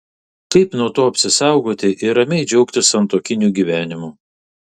kaip nuo to apsisaugoti ir ramiai džiaugtis santuokiniu gyvenimu